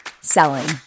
selling